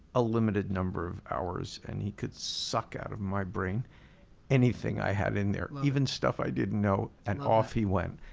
a limited number of hours and he could suck out of my brain anything i have in there. even stuff i didn't know and off he went.